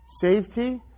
Safety